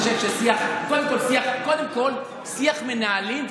קודם כול, שיח מנהלים.